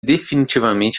definitivamente